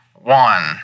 One